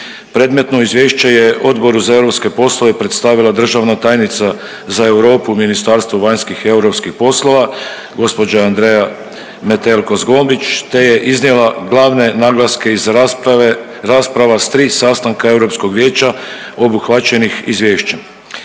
Predmetno izvješće je Odboru za europske poslove predstavila državna tajnica za Europu MVEP-a gospođa Andrea Metelko Zgombić te je iznijela glavne naglaske iz rasprava s tri sastanka Europskog vijeća obuhvaćenih izvješćem.